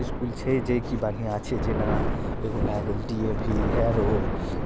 इसकुल छै जेकि बढ़िआँ छै जेना एगो भए गेल डी ए वी हेरो